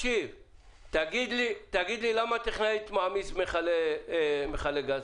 תגיד לי למה טכנאי מעמיס מכלי גז.